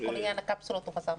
כל עניין הקפסולות הוא חסר משמעות.